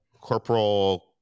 corporal